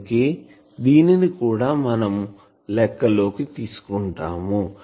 అందుకే దీనిని కూడా మనం లెక్క లోకి తీసుకుంటాం